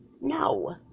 No